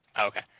Okay